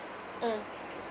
mm